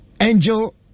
Angel